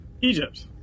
Egypt